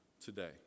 today